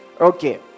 Okay